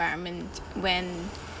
environment when